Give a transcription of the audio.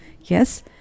Yes